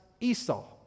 Esau